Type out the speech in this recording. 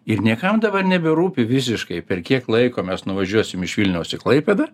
ir niekam dabar neberūpi visiškai per kiek laiko mes nuvažiuosim iš vilniaus į klaipėdą